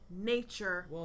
nature